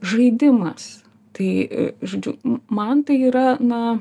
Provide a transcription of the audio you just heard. žaidimas tai žodžiu man tai yra na